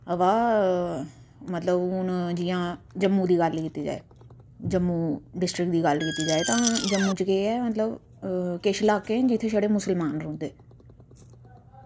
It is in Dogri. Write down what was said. बाऽ मतलब हून जियां जम्मू दी गल्ल कीती जाये जम्मू डिस्ट्रिक्ट दी गल्ल कीती जाये तां जम्मू च केह् ऐ मतलब किश लाकै निं जित्थें छड़े मुसलमान रौहंदे